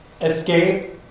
escape